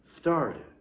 started